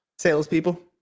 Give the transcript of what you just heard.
Salespeople